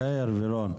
יאיר ורון,